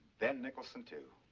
ben nicholson, too.